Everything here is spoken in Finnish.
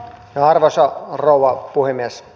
arvoisa rouva puhemies